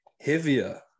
Heavier